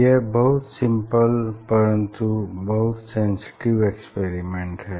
यह बहुत सिम्पल परन्तु बहुत सेंसिटिव एक्सपेरिमेंट है